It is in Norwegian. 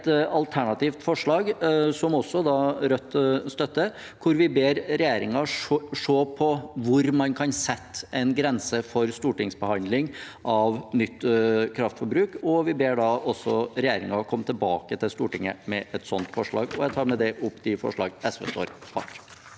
et alternativt forslag, som Rødt støtter, hvor vi ber regjeringen se på hvor man kan sette en grense for stortingsbehandling av nytt kraftforbruk. Vi ber da regjeringen komme tilbake til Stortinget med et sånt forslag. Jeg tar med det opp de forslag SV står bak.